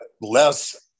less